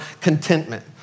contentment